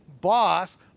boss